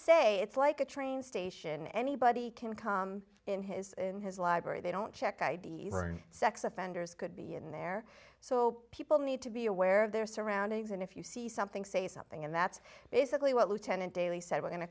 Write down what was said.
say it's like a train station anybody can come in his in his library they don't check i d s sex offenders could be in there so people need to be aware of their surroundings and if you see something say something and that's basically what lieutenant daly said we're going to